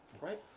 right